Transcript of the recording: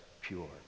pure